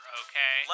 okay